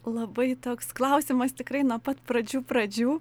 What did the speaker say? labai toks klausimas tikrai nuo pat pradžių pradžių